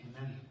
Amen